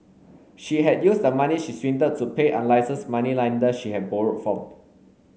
she had used the money she swindled to pay unlicensed moneylender she had borrowed from